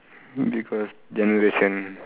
because generation